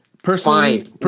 Personally